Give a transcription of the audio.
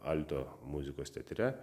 alto muzikos teatre